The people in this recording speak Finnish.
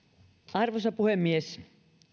arvoisa puhemies